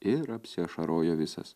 ir apsiašarojo visas